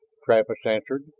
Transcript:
travis answered.